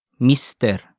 Mr